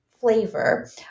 flavor